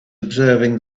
observing